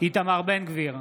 איתמר בן גביר,